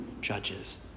judges